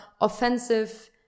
offensive